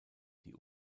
die